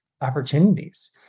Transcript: opportunities